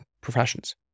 professions